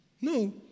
No